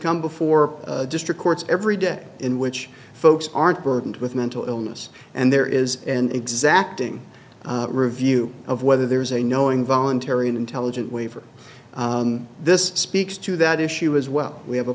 come before district courts every day in which folks aren't burdened with mental illness and there is an exacting review of whether there's a knowing voluntary an intelligent way for this speaks to that issue as well we have a